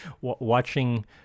watching